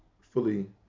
fully